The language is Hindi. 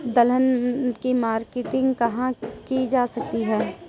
दलहन की मार्केटिंग कहाँ की जा सकती है?